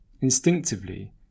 Instinctively